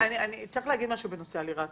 צריך להגיד משהו בנושא הלירה הטורקית.